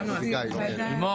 --- טוב,